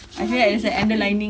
I hear that there's an under lining